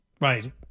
Right